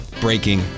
breaking